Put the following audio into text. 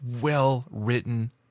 well-written